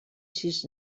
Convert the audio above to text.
sis